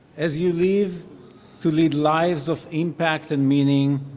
as you leave to lead lives of impact and meaning,